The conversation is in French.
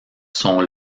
sont